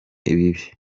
bibi